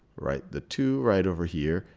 write the two right over here.